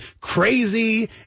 crazy